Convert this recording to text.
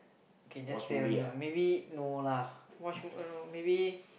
K just say only lah maybe no lah watch movie no maybe